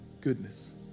goodness